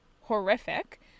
horrific